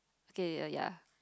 okay ya ya